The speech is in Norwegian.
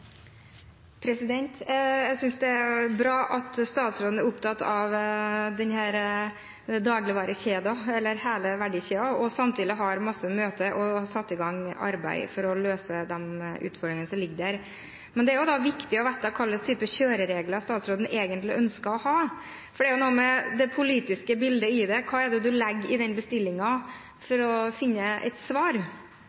bra at statsråden er opptatt av hele verdikjeden, samtidig som hun har masse møter og har satt i gang et arbeid for å løse de utfordringene som ligger der. Men da er det også viktig å vite hvilke typer kjøreregler statsråden egentlig ønsker å ha. Det er noe med det politiske bildet i det – hva er det hun legger i bestillingen for å finne et svar?